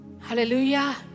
Hallelujah